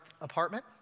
apartment